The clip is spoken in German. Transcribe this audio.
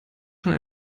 schon